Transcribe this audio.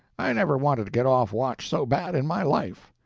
i never wanted to get off watch so bad in my life.